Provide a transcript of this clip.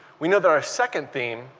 we know that our second theme,